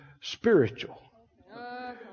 spiritual